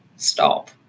stop